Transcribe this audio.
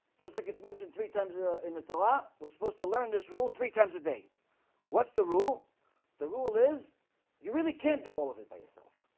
just like it's mentioned three times ah in the torah we're supposed to learn this rule three times a day what's the rule the rule is you really can't do all of it by yourself?